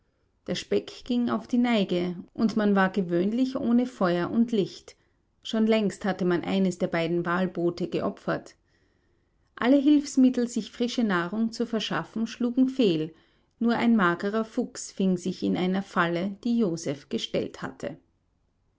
der speck ging auf die neige und man war gewöhnlich ohne feuer und licht schon längst hatte man eines der beiden walboote geopfert alle hilfsmittel sich frische nahrung zu verschaffen schlugen fehl nur ein magerer fuchs fing sich in einer falle die joseph gestellt hatte